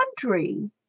country